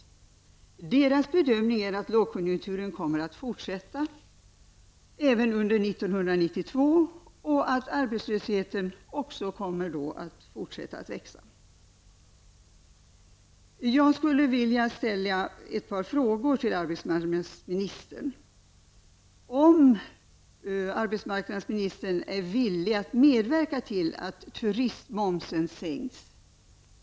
Industriförbundets bedömning är att lågkonjunkturen kommer att fortsätta även under 1992 och att arbetslösheten också kommer att fortsätta växa. Jag skulle vilja ställa ett par frågor till arbetsmarknadsministern. Är arbetsmarknadsministern villig att medverka till att turistmomsen sänks?